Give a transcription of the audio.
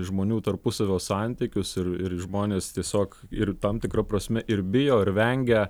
žmonių tarpusavio santykius ir ir žmonės tiesiog ir tam tikra prasme ir bijo ir vengia